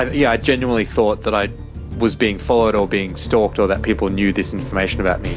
ah yeah, i genuinely thought that i was being followed or being stalked or that people knew this information about me.